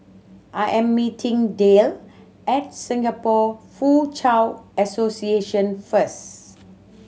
I am meeting Dale at Singapore Foochow Association first